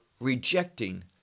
rejecting